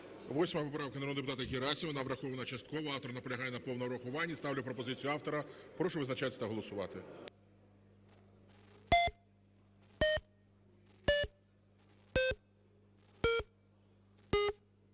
8 поправка народного депутата Герасимова. Вона врахована частково. Автор наполягає на повному врахуванні. Ставлю пропозицію автора. Прошу визначатись та голосувати.